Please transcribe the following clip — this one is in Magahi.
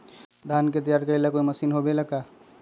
धान के तैयार करेला कोई मशीन होबेला का?